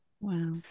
Wow